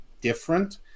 different